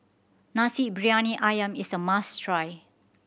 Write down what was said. Nasi Briyani Ayam is a must try